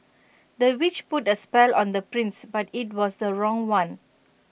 the witch put A spell on the prince but IT was the wrong one